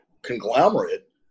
Conglomerate